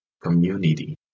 Community